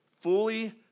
fully